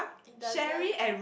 it doesn't